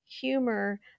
humor